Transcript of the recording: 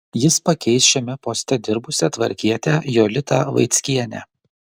jis pakeis šiame poste dirbusią tvarkietę jolitą vaickienę